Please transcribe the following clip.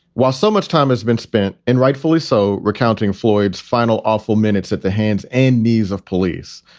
while so much time has been spent and rightfully so, recounting floyd's final awful minutes at the hands and knees of police.